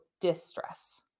distress